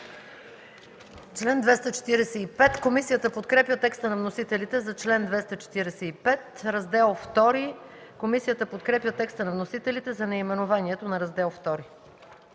Раздел VI. Комисията подкрепя текста на вносителите за наименованието на Раздел VІ.